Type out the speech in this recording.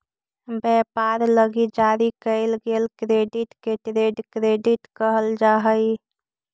व्यापार लगी जारी कईल गेल क्रेडिट के ट्रेड क्रेडिट कहल जा हई